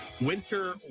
Winter